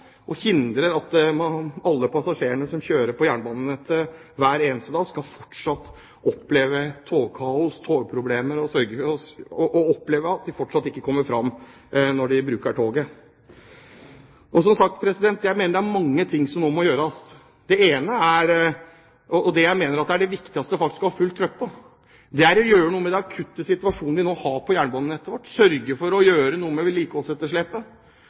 og hindre at alle passasjerene som kjører på jernbanenettet hver eneste dag, fortsatt skal oppleve togkaos, togproblemer og at de ikke kommer fram. Jeg mener det er mange ting som nå må gjøres. Det ene, og det jeg mener er det viktigste man skal ha fullt trykk på, er å gjøre noe med den akutte situasjonen vi har på jernbanenettet vårt, sørge for å gjøre noe med vedlikeholdsetterslepet.